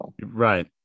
Right